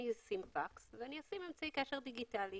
הוא ישים פקס והוא ישים אמצעי קשר דיגיטלי.